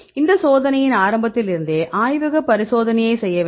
இந்த சோதனையின் ஆரம்பத்தில் இருந்தே ஆய்வக பரிசோதனையைச் செய்ய வேண்டும்